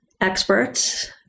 experts